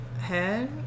Head